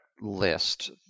list